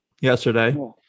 yesterday